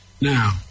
now